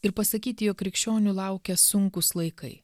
ir pasakyti jog krikščionių laukia sunkūs laikai